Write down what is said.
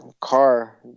car